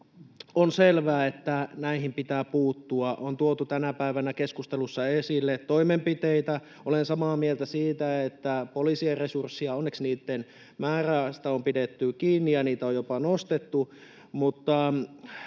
on selvää, että näihin pitää puuttua. Tänä päivänä on keskustelussa tuotu esille toimenpiteitä. Olen samaa mieltä siitä, että poliisien resursseista — onneksi niitten määrästä on pidetty kiinni ja niitä on jopa nostettu